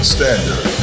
Standard